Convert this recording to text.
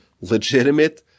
legitimate